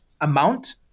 amount